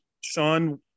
Sean